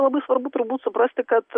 labai svarbu turbūt suprasti kad